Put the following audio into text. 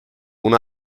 will